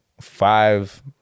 Five